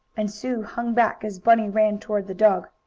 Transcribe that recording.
and sue hung back as bunny ran toward the dog.